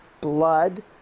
blood